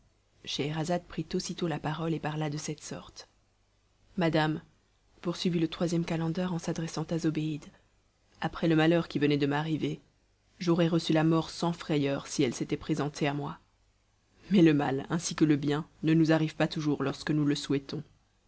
scheherazade prit aussitôt la parole et parla de cette sorte madame poursuivit le troisième calender en s'adressant à zobéide après le malheur qui venait de m'arriver j'aurais reçu la mort sans frayeur si elle s'était présentée à moi mais le mal ainsi que le bien ne nous arrive pas toujours lorsque nous le souhaitons